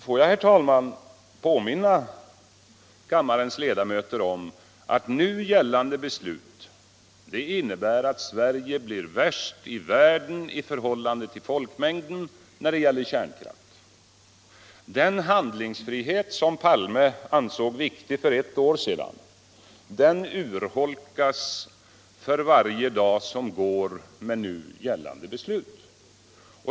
Får jag, herr talman, påminna kammarens ledamöter om att nu gällande beslut innebär att Sverige blir värst i världen i förhållande till folk mängden när det gäller kärnkraft. Den handlingsfrihet som herr Palme ansåg viktig för ett år sedan — den urholkas för varje dag som går med nu gällande beslut.